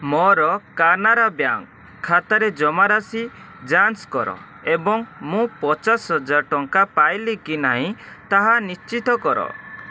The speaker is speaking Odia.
ମୋର କାନାଡ଼ା ବ୍ୟାଙ୍କ୍ ଖାତାର ଜମାରାଶି ଯାଞ୍ଚ କର ଏବଂ ମୁଁ ପଚାଶ ହଜାର ଟଙ୍କା ପାଇଲି କି ନାହିଁ ତାହା ନିଶ୍ଚିତ କର